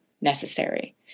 necessary